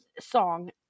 song